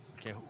Okay